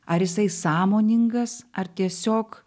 ar jisai sąmoningas ar tiesiog